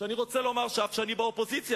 אני רוצה לומר שאף שאני באופוזיציה,